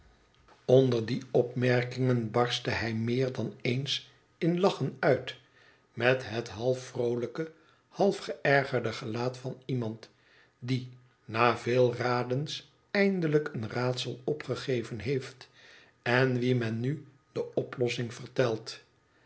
onder die opmerkingen barstte hij meer dan eens in lachen uit met het half vroolijke half geërgerde gelaat van iemand die pa veel radens eindelijk een raadsel opgegeven heeft en wien men nu de oplossing vertelt